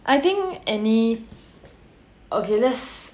I think any okay let's